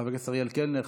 חבר הכנסת אריאל קלנר,